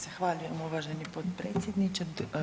Zahvaljujem uvaženi potpredsjedniče.